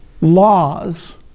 laws